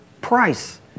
price